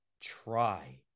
try